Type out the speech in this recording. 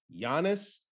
Giannis